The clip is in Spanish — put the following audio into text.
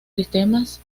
sistemas